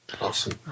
Awesome